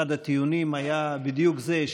אחד הטיעונים היה בדיוק זה,